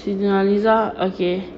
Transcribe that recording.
siti nurhaliza okay